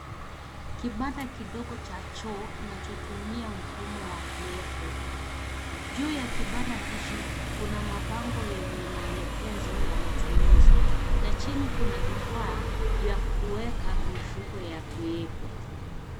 Kibanda kidogo cha choo kinachotumia mfumo wa pepo juu ya kibanda hichi kuna mabango yenye maelekezo ya matumizi na chini kuna vifaa vya kuweka mifuko ya pepo.